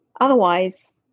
otherwise